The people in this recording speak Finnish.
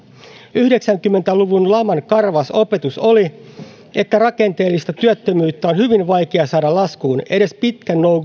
yhdeksänkymmentä luvun laman karvas opetus oli että rakenteellista työttömyyttä on hyvin vaikea saada laskuun edes pitkän